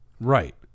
Right